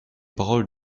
paroles